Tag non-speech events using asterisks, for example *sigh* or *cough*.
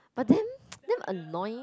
but then *noise* damn annoying